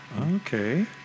Okay